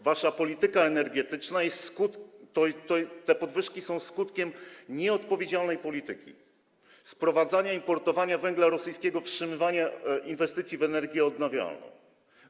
Wasza polityka energetyczna, te podwyżki są skutkiem nieodpowiedzialnej polityki, sprowadzania, importowania węgla rosyjskiego, wstrzymywania inwestycji w energię odnawialną.